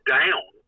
down